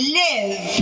live